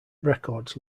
records